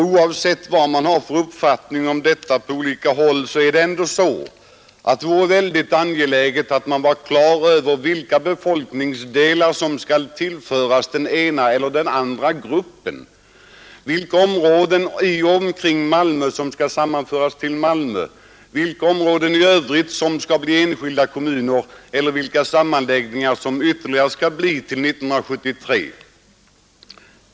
Oavsett vad man har för uppfattning om detta på olika håll vore det mycket angeläget att kunna bli på det klara med vilka befolkningsdelar som skall tillföras den ena eller den andra gruppen, vilka områden i och omkring Malmö som skall hänföras till Malmö, vilka områden i övrigt som skall bli enskilda kommuner eller vilka sammanläggningar som ytterligare skall komma till stånd till 1973.